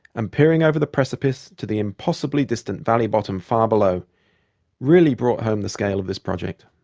and peering over the precipice to the impossibly distant valley bottom far below really brought home the scale of this project.